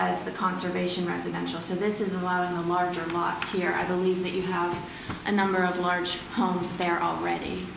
as the conservation residential service is allowing a larger markets here i believe that you have a number of large homes there already